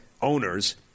Owners